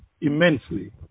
immensely